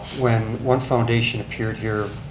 when one foundation appeared here,